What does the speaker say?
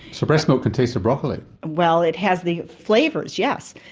so breast milk can taste of broccoli? well, it has the flavours, yes.